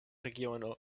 regiono